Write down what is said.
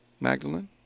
Magdalene